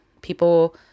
People